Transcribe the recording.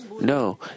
No